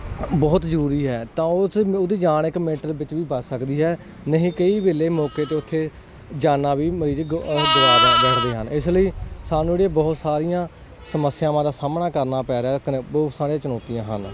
ਬਹੁਤ ਜ਼ਰੂਰੀ ਹੈ ਤਾਂ ਉੱਥੇ ਉਹਦੀ ਜਾਨ ਇੱਕ ਮਿੰਟ ਦੇ ਵਿੱਚ ਵੀ ਬਚ ਸਕਦੀ ਹੈ ਨਹੀਂ ਕਈ ਵੇਲੇ ਮੌਕੇ 'ਤੇ ਉੱਥੇ ਜਾਨਾਂ ਵੀ ਮਰੀਜ਼ ਗਵਾ ਬੈਠਦੇ ਹਨ ਇਸ ਲਈ ਸਾਨੂੰ ਜਿਹੜੀਆਂ ਬਹੁਤ ਸਾਰੀਆਂ ਸਮੱਸਿਆਵਾਂ ਦਾ ਸਾਹਮਣਾ ਕਰਨਾ ਪੈ ਰਿਹਾ ਇੱਕ ਨਹੀਂ ਬਹੁਤ ਸਾਰੀਆਂ ਚੁਣੌਤੀਆਂ ਹਨ